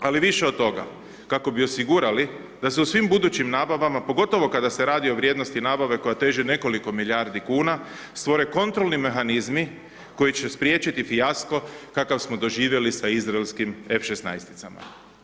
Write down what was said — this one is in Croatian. Ali više od toga, kako bi osigurali da se u svim budućim nabavama, pogotovo kada se radi o vrijednosti nabave koja teži nekoliko milijardi kuna, stvore kontrolni mehanizmi, koji će spriječiti fijasko, kakav smo doživjeli sa izraelskim F 16.